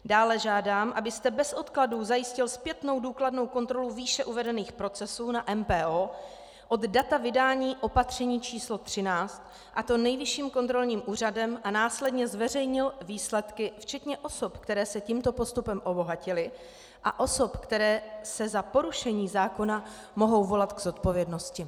Dále žádám, abyste bez odkladů zajistil zpětnou důkladnou kontrolu výše uvedených procesů na MPO od data vydání opatření č. 13, a to Nejvyšším kontrolním úřadem, a následně zveřejnil výsledky včetně osob, které se tímto postupem obohatily, a osob, které se za porušení zákona mohou volat k odpovědnosti.